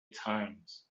times